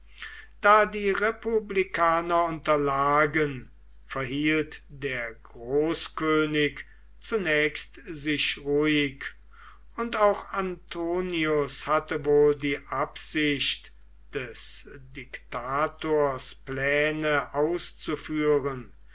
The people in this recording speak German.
da die republikaner unterlagen verhielt der großkönig zunächst sich ruhig und auch antonius hatte wohl die absicht des diktators pläne auszuführen